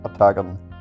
attacking